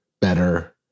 better